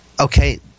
okay